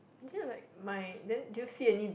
actually I like my then do you see any